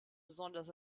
besonders